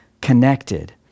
connected